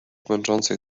męczącej